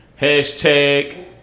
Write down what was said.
Hashtag